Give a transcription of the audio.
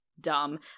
dumb